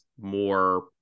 more